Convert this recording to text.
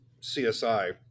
CSI